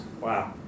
Wow